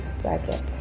second